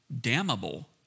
damnable